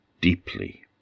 deeply